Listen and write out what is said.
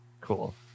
Cool